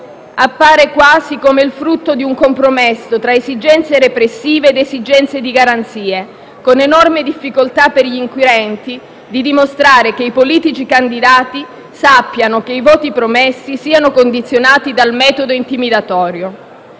appare quasi come il frutto di un compromesso tra esigenze repressive ed esigenze di garanzie, con enorme difficoltà per gli inquirenti di dimostrare che i politici candidati sappiano che i voti promessi siano condizionati dal metodo intimidatorio.